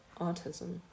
autism